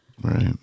right